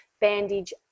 Bandage